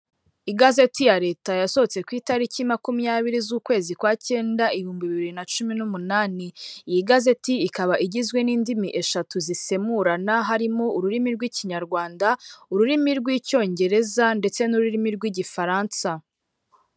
Igazeti ya leta yasohotse ku itariki makumyabiri z'ukwezi kwa cyenda ibihumbi bibiri na cumi n'umunani, iyi igazeti ikaba igizwe n'indimi eshatu zisemurana harimo ururimi rw'ikinyarwanda ururimi rw'icyongereza ndetse n'ururimi rw'igifaransa.